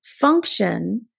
function